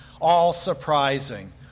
all-surprising